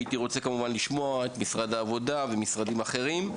הייתי כמובן רוצה לשמוע את משרד העבודה ומשרדים אחרים.